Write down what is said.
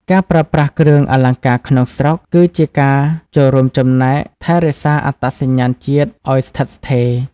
ការប្រើប្រាស់គ្រឿងអលង្ការក្នុងស្រុក គឺជាការចូលរួមចំណែកថែរក្សាអត្តសញ្ញាណជាតិឱ្យស្ថិតស្ថេរ។